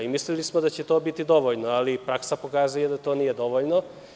Mislili smo da će to biti dovoljno, ali praksa pokazuje da to nije dovoljno.